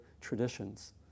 traditions